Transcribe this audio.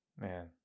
Man